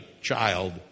child